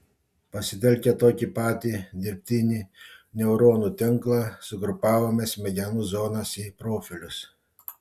pasitelkę tokį patį dirbtinį neuronų tinklą sugrupavome smegenų zonas į profilius